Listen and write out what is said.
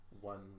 one